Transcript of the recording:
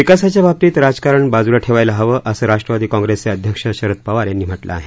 विकासाच्या बाबतीत राजकारण बाजूला ठेवायला हवं असं राष्ट्रवादी काँप्रेसचे अध्यक्ष शरद पवार यांनी म्हटलं आहे